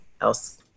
else